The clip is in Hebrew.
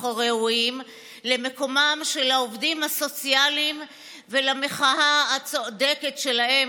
הראויים למקומם של העובדים הסוציאליים ולמחאה הצודקת שלהם.